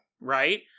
right